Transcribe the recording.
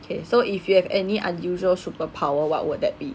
okay so if you have any unusual superpower what would that be